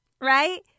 Right